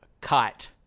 Kite